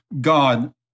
God